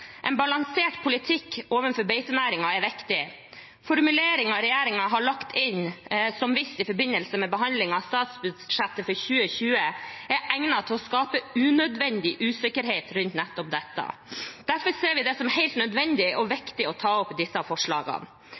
En balansert politikk overfor beitenæringen er viktig. Formuleringen regjeringen har lagt inn som vist i forbindelse med behandlingen av statsbudsjettet for 2020, er egnet til å skape unødvendig usikkerhet rundt nettopp dette. Derfor ser vi det som helt nødvendig og viktig å ta opp disse forslagene.